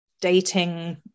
dating